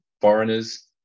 foreigners